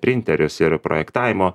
printerius ir projektavimo